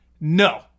no